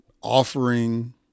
offering